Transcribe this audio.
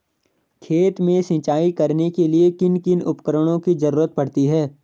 खेत में सिंचाई करने के लिए किन किन उपकरणों की जरूरत पड़ती है?